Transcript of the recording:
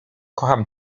kocham